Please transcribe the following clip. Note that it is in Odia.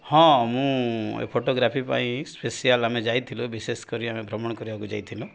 ହଁ ମୁଁ ଏ ଫଟୋଗ୍ରାଫି ପାଇଁ ସ୍ପେସିଆଲ ଆମେ ଯାଇଥିଲୁ ବିଶେଷ କରି ଆମେ ଭ୍ରମଣ କରିବାକୁ ଯାଇଥିଲୁ